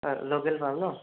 হয় লোকেল পাম ন'